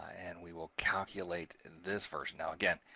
and we will calculate in this version. now again,